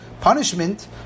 punishment